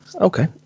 Okay